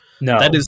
No